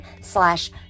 slash